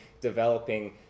developing